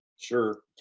Sure